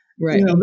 Right